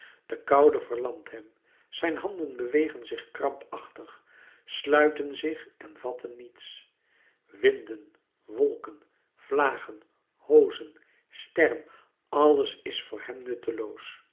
de koude verlamt hem zijn handen bewegen zich krampachtig sluiten zich en vatten niets winden wolken vlagen hoozen sterren alles is voor hem